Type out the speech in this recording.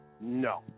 No